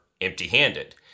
empty-handed